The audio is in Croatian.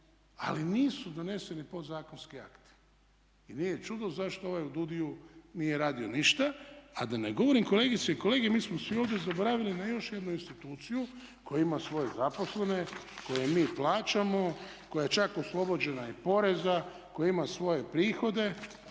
ali nisu doneseni podzakonski akti. I nije čudno zašto ovaj u DUUDI-u nije radio ništa, a da ne govorim kolegice i kolege mi smo svi ovdje zaboravili na još jednu instituciju koja ima svoje zaposlene, koje mi plaćamo, koja je čak oslobođena i poreza, koja ima svoj prihode